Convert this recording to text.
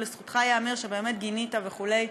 ולזכותך ייאמר שבאמת גינית וכו',